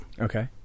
Okay